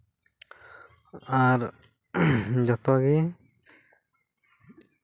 ᱟᱨ ᱡᱷᱚᱛᱚ ᱜᱮ